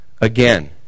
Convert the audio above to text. again